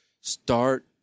start